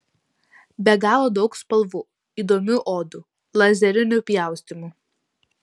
be galo daug spalvų įdomių odų lazerinių pjaustymų